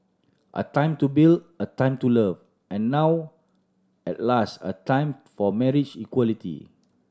a time to build a time to love and now at last a time for marriage equality